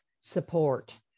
support